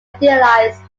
idealized